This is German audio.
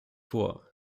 vor